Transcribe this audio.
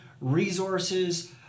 resources